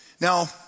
now